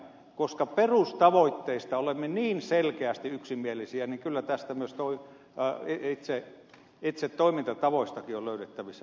koska perustavoitteista olemme niin selkeästi yksimielisiä niin kyllä myös itse toimintatavoistakin on löydettävissä yhteinen ymmärrys